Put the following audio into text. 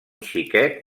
xiquet